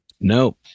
No